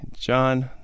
John